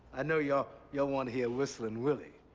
i know y'all y'all want to hear whistlin' willie,